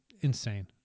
insane